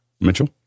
Mitchell